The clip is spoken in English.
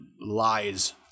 lies